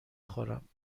خورم